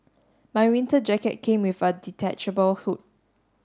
my winter jacket came with a detachable hood